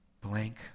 blank